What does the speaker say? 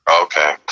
Okay